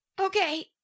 Okay